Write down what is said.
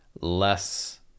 less